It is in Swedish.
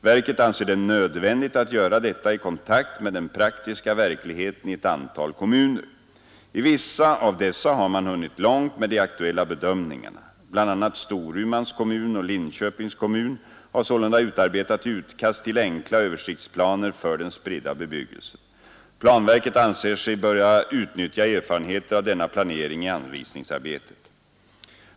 Verket anser det nödvändigt att göra detta i kontakt med den praktiska verkligheten i ett antal kommuner. I vissa av dessa har man hunnit långt med de aktuella bedömningarna. Bl. a. Storumans kommun och Linköpings kommun har sålunda utarbetat utkast till enkla översiktsplaner för den spridda bebyggelsen. Planverket anser sig böra utnyttja erfarenheter av denna planering i anvisningsarbetet.